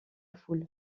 foule